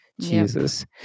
Jesus